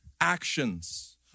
actions